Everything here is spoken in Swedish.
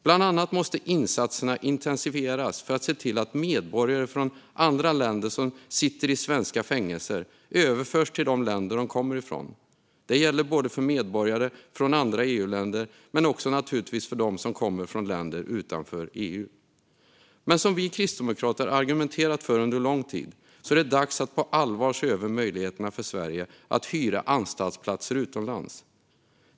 Bland annat måste insatserna intensifieras för att se till att medborgare från andra länder som sitter i svenska fängelser överförs till de länder de kommer ifrån. Det gäller medborgare från andra EU-länder men naturligtvis också medborgare från länder utanför EU. Som vi kristdemokrater argumenterat för under lång tid är det också dags att på allvar se över möjligheterna för Sverige att hyra anstaltsplatser utomlands.